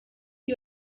you